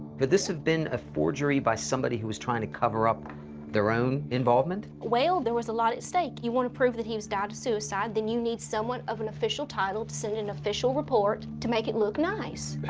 could this have been a forgery by somebody who was trying to cover up their own involvement? well, there was a lot at stake. you want to prove that he died a suicide, then you need someone of an official title to send an official report to make it look nice.